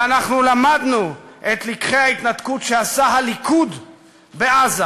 ואנחנו למדנו את לקחי ההתנתקות שעשה הליכוד בעזה: